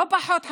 לא פחות חשוב,